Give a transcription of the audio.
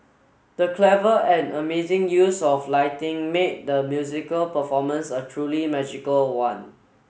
the clever and amazing use of lighting made the musical performance a truly magical one